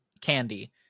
candy